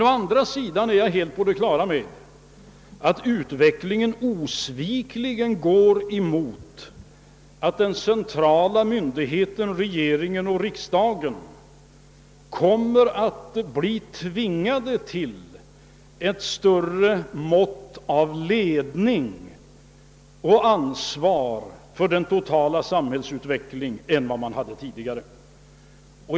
Å andra sidan är jag helt på det klara med att utvecklingen osvikligen leder till att de centrala myndigheterna -— regeringen och riksdagen — tvingas till ett större mått av ledning och ansvar för den totala samhällsutvecklingen än tidigare.